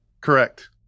Correct